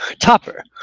Topper